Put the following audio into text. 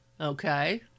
okay